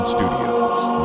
Studios